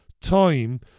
time